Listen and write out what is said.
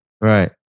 Right